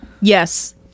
Yes